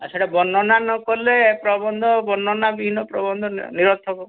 ଆଉ ସେଇଟା ବର୍ଣ୍ଣନା ନ କଲେ ପ୍ରବନ୍ଧ ବର୍ଣ୍ଣନା ବିହୀନ ପ୍ରବନ୍ଧ ନି ନିରର୍ଥକ